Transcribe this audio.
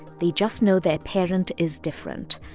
they just know their parent is different.